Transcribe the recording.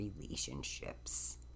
relationships